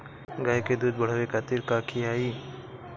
गाय के दूध बढ़ावे खातिर का खियायिं?